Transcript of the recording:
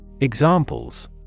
Examples